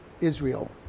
Israel